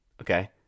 okay